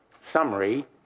summary